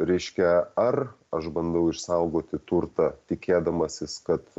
reiškia ar aš bandau išsaugoti turtą tikėdamasis kad